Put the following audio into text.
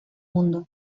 mundo